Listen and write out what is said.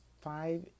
five